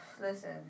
Listen